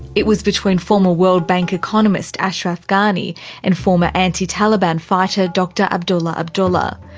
it was between former world bank economist ashraf ghani and former anti-taliban fighter dr abdullah abdullah.